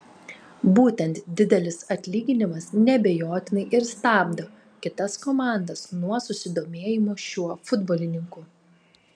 būtent didelis atlyginimas neabejotinai ir stabdo kitas komandas nuo susidomėjimo šiuo futbolininku